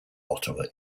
ottawa